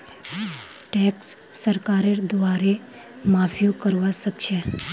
tax सरकारेर द्वारे माफियो करवा सख छ